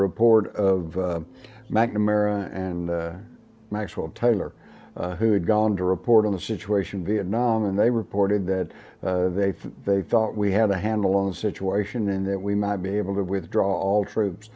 report of mcnamara and maxwell taylor who had gone to report on the situation vietnam and they reported that they thought we had a handle on the situation in that we might be able to withdraw all troops